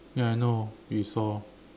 ya I know we saw